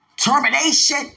Termination